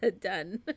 done